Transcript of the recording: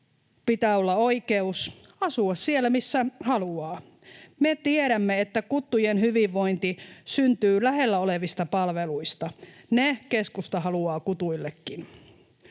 pitää olla oikeus asua siellä, missä haluaa. Me tiedämme, että kuttujen hyvinvointi syntyy lähellä olevista palveluista. Ne keskusta haluaa kutuillekin.